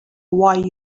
why